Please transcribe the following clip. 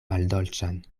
maldolĉan